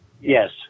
Yes